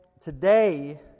today